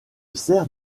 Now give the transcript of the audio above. sert